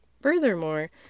Furthermore